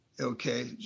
okay